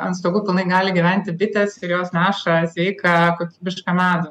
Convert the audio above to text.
ant stogų pilnai gali gyventi bitės ir jos neša sveiką kokybišką medų